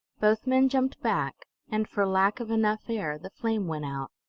both men jumped back, and for lack of enough air the flame went out.